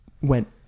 went